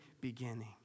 beginning